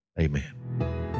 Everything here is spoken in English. Amen